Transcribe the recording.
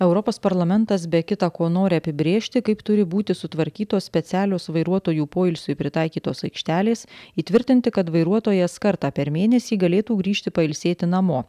europos parlamentas be kita ko nori apibrėžti kaip turi būti sutvarkytos specialios vairuotojų poilsiui pritaikytos aikštelės įtvirtinti kad vairuotojas kartą per mėnesį galėtų grįžti pailsėti namo